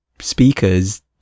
speakers